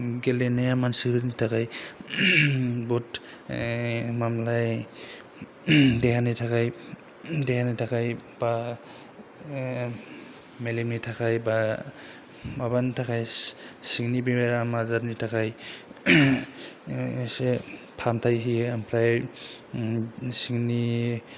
गेलेनाया मानसिफोरनि थाखाय जोबोद मामोनलाय देहानि थाखाय बा देहानि थाखाय बा मेलेमनि थाखाय बा माबानि थाखाय सिंनि बेमार आजारनि थाखाय एसे फाहामथाय होयो ओमफ्राय सिंनि